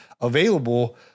available